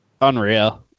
unreal